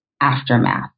aftermath